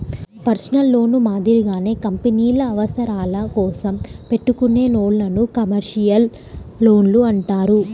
personal లోన్లు మాదిరిగానే కంపెనీల అవసరాల కోసం పెట్టుకునే లోన్లను కమర్షియల్ లోన్లు అంటారు